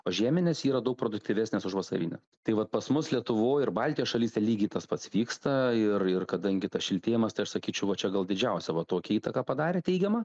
o žieminės yra daug produktyvesnės už vasarinę tai vat pas mus lietuvoj ir baltijos šalyse lygiai tas pats vyksta ir ir kadangi tas šiltėjimas tai aš sakyčiau čia gal didžiausia va tokią įtaką padarė teigiamą